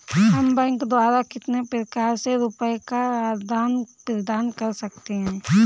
हम बैंक द्वारा कितने प्रकार से रुपये का आदान प्रदान कर सकते हैं?